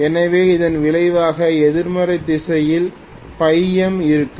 எனவே இதன் விளைவாக எதிர்மறை திசையில் பை எம் இருக்கும்